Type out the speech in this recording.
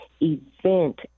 event